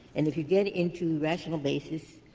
and if you get into rational basis